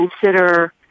consider